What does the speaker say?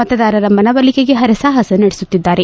ಮತದಾರರ ಮನವೊಲಿಕೆಗೆ ಪರಸಾಪಸ ನಡೆಸುತ್ತಿದ್ದಾರೆ